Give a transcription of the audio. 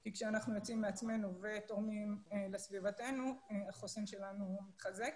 כי כשאנחנו יוצאים מעצמנו ותורמים לסביבתנו החוזק שלנו מתחזק.